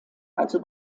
also